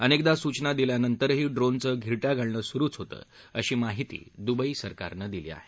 अनेकदा सूचना दिल्यानंतरही ड्रोनचं धिरट्या घालणं सुरुच होतं अशी माहिती दुबई सरकारनं दिली आहे